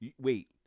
Wait